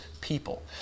people